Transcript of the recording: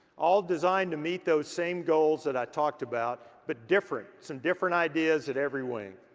all designed to meet those same goals that i talked about, but different. some different ideas at every wing.